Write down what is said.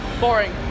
Boring